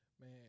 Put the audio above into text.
Man